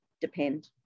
depend